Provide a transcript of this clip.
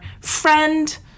friend